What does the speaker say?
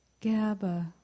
GABA